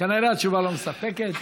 כנראה התשובה לא מספקת.